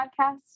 podcast